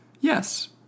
Yes